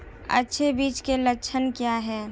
अच्छे बीज के लक्षण क्या हैं?